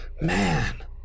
Man